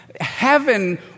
Heaven